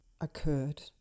occurred